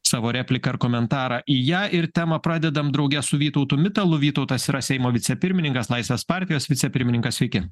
savo repliką ar komentarą į ją ir temą pradedam drauge su vytautu mitalu vytautas yra seimo vicepirmininkas laisvės partijos vicepirmininkas sveiki